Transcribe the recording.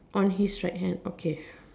on his right hand okay